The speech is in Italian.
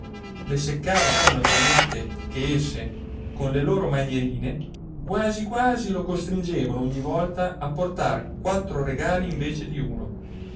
le seccava poi maggiormente che esse con le loro manierine quasi quasi lo costringevano ogni volta a portar quattro regali invece di uno